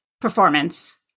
performance